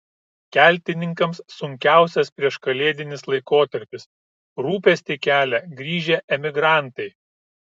keltininkams sunkiausias prieškalėdinis laikotarpis rūpestį kelia grįžę emigrantai